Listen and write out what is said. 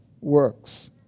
works